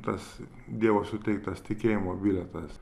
tas dievo suteiktas tikėjimo bilietas